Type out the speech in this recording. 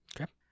Okay